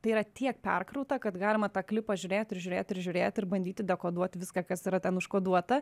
tai yra tiek perkrauta kad galima tą klipą žiūrėt ir žiūrėt ir žiūrėt ir bandyti dekoduot viską kas yra ten užkoduota